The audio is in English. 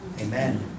Amen